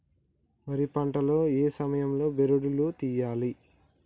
వరి పంట లో ఏ సమయం లో బెరడు లు తియ్యాలి?